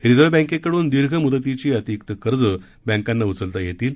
reserve बँकेकडून दीर्घ मुदतीची अतिरिक्त कर्ज बँकांना उचलता येतील